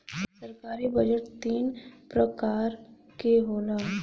सरकारी बजट तीन परकार के होला